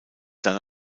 dann